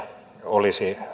olisi